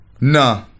Nah